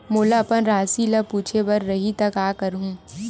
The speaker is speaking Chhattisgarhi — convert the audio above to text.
मोला अपन राशि ल पूछे बर रही त का करहूं?